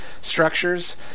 structures